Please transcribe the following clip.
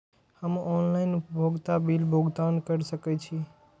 हम ऑनलाइन उपभोगता बिल भुगतान कर सकैछी?